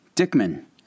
Dickman